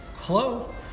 hello